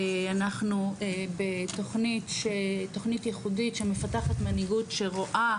אנחנו בתוכנית ייחודית שמפתחת מנהיגות שרואה,